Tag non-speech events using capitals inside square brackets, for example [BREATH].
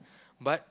[BREATH] but